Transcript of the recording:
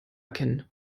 erkennen